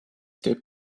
teeb